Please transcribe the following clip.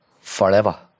forever